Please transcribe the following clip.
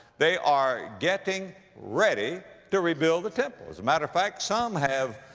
they are getting ready to rebuild the temple. as a matter of fact, some have,